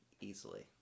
easily